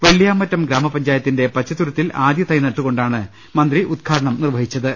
വെള്ളിയാമറ്റം ഗ്രാമപ്പഞ്ചായത്തിന്റെ പച്ചത്തുരുത്തിൽ ആദ്യ തൈ നട്ടുകൊണ്ടാണ് മന്ത്രി ഉദ്ഘാടനം നിർവഹിച്ചത്